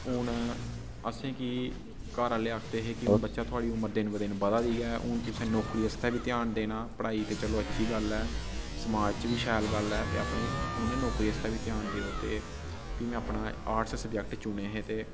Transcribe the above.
हून असेंगी घर आहले आखदे हे कि हून बच्चा थोआढ़ी उमर दिन ब दिन बधा दी गै हून तुसें नौकरी आस्तै बी ध्यान देना पढ़ाई ते चलो अच्छी गल्ल ऐ समाज च बी शैल गल्ल ऐ ते अपनी हून नौकरी आस्तै बी ध्यान देओ ते फ्ही में अपना आर्ट्स सब्जैक्ट चुने हे ते